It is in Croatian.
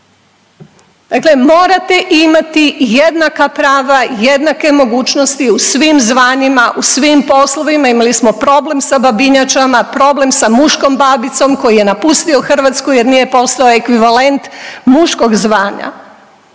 Dakle, morate imati jednaka prava i jednake mogućnosti u svim zvanjima u svim poslovima. Imali smo problem sa babinjačama, problem sa muškom babicom koji je napustio Hrvatsku jer nije postojao ekvivalent muškog zvanja.